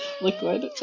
liquid